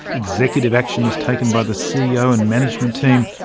executive action is taken by the ceo and management team,